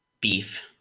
beef